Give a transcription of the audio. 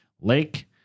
Lake